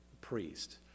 priest